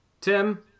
Tim